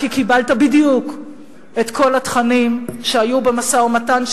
כי קיבלת בדיוק את כל התכנים שהיו במשא-ומתן,